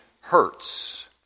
hurts